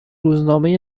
روزنامه